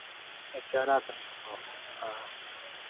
ग्यारह तारीख को हाँ